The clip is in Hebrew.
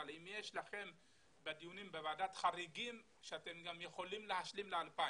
אבל האם יש לכם בדיונים בוועדת חריגים שאתם גם יכולים להשלים ל-2,000.